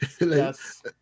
Yes